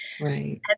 Right